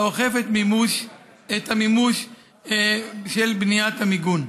האוכף את המימוש של בניית המיגון.